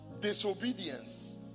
disobedience